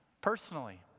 Personally